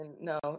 no